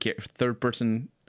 third-person